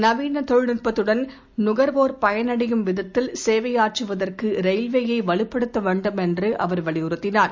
நவீன தொழில் நுட்பத்துடன் நுகர்வோர் பயனடையும் விதத்தில் சேவையாற்றுவதற்கு ரயில்வேயை வலுப்படுத்த வேண்டும் என்று அவர் வலியுறுத்தினார்